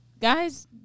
guys